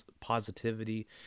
positivity